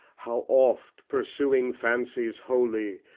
how oft, pursuing fancies holy,